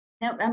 No